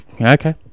okay